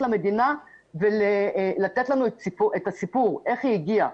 למדינה ולתת לנו את הסיפור איך היא הגיעה.